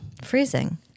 Freezing